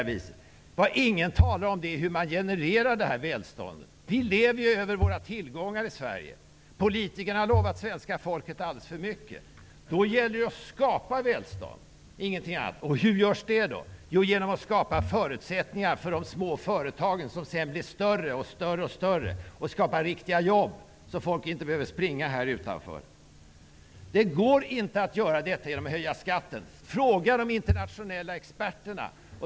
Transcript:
Men det som ingen talar om är hur välstånd genereras. Vi lever ju över våra tillgångar i Sverige. Politikerna har lovat det svenska folket alldeles för mycket. I en sådan situation gäller det att skapa välstånd, ingenting annat. Men hur gör man det? Det gör man genom att skapa förutsättningar för de små företagen, som sedan blir större och genererar riktiga jobb. Då behöver inte folk springa här utanför Det går inte att göra detta genom att höja skatten. Fråga de internationella experterna!